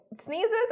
sneezes